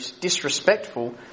disrespectful